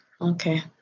Okay